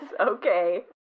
Okay